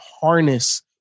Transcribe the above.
harness